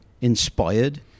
inspired